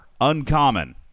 Uncommon